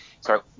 sorry